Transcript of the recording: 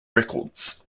records